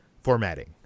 formatting